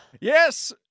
Yes